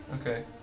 Okay